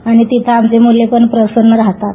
आणि तिथे आमचे मूल पण प्रसन्न राहतात